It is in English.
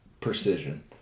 precision